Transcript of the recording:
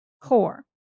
core